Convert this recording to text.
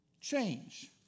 change